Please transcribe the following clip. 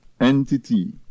entity